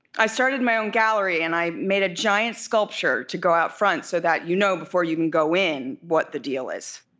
i started my own gallery, and i made a giant sculpture to go out front so that you know before you even go in what the deal is.